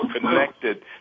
connected